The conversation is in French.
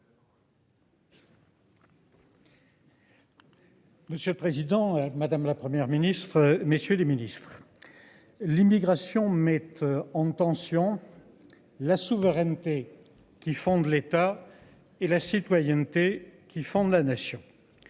Monsieur le président, madame, la Première ministre, messieurs les Ministres. L'immigration mettent en tension. La souveraineté qui font de l'État et la citoyenneté qui font de la nation.